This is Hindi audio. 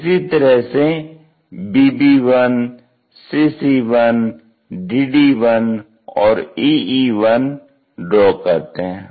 इसी तरह से bb1 cc1 dd1 और ee1 ड्रॉ करते हैं